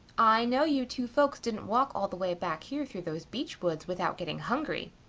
i know you two folks didn't walk all the way back here through those beechwoods without getting hungry,